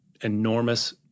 enormous